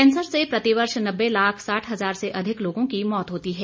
cancer से प्रतिवर्ष नब्बे लाख साठ हजार से अधिक लोगों की मौत होती है